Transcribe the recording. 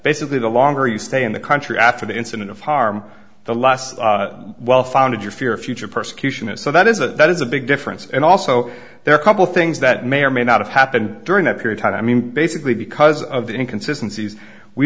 basically the longer you stay in the country after the incident of harm the last well founded your fear future persecution is so that is a that is a big difference and also there are couple things that may or may not have happened during that period i mean basically because of the inconsistency